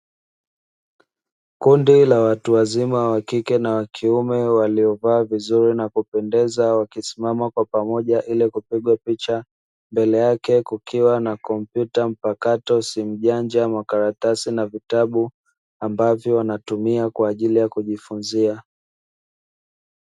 Kundi la watu wazima wa kike na kiume waliovaa vizuri na kupendeza wakisimama kwa pamoja ili kupigwa picha, mbele yake kukiwa na kompyuta mpakato, simu janja, makaratasi na vitabu ambavyo wanatumia kwa ajili ya kujifunzia.